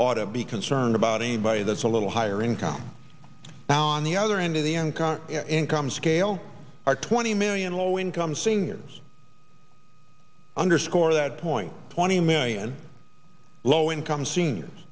ought to be concerned about anybody that's a little higher income now on the other end of the income income scale are twenty million low income seniors underscore that point twenty million low income seniors